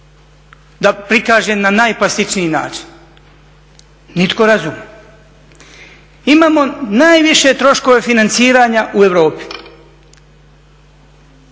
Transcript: da prikažem na najplastičniji način, nitko razuman. Imamo najviše troškove financiranja u Europi.